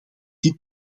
dit